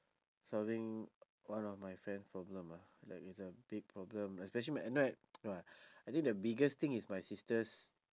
solving one of my friend's problem ah like it's a big problem especially my at night I think the biggest thing is my sister's